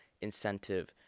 incentive